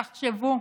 תחשבו.